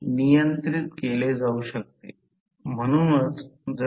तर Re2 x I2 fl 2